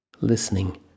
listening